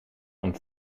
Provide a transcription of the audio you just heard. een